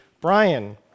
Brian